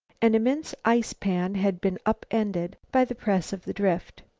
an immense ice-pan had been up-ended by the press of the drift.